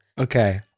Okay